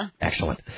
Excellent